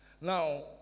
Now